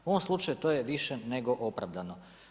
U ovom slučaju to je više nego opravdano.